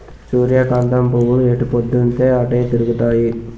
సూర్యకాంతం పువ్వులు ఎటుపోద్దున్తీ అటే తిరుగుతాయి